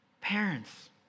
Parents